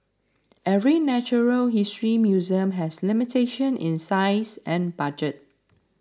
every natural history museum has limitation in size and budget